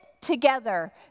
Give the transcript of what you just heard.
together